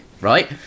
right